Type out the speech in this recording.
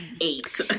eight